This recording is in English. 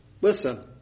listen